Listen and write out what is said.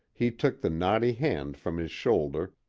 he took the knotty hand from his shoulder,